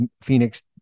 Phoenix